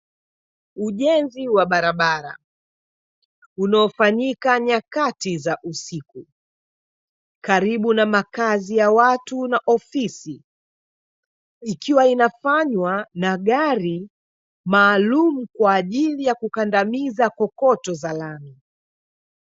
Ujenzi wa barabara unaofanyika nyakati za usiku, karibu na makazi ya watu na ofisi. Ikiwa inafanywa na gari maalum kwajili ya kukandamiza kokoto za lami